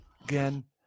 again